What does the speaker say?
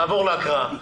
נעבור להקראה.